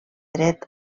dret